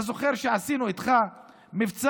אתה זוכר שעשינו איתך מבצע